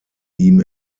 ihm